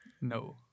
No